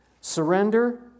Surrender